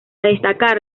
destacar